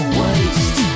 waste